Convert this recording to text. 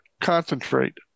concentrate